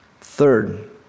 Third